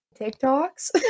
TikToks